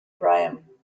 grahame